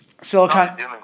Silicon